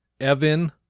Evan